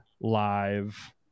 live